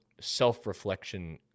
self-reflection